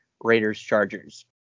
Raiders-Chargers